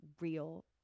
real